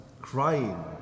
crying